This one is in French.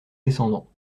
descendant